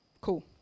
Cool